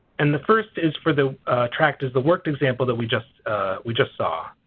and the first is for the tract is the worked example that we just we just saw.